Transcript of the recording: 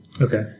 Okay